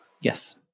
Yes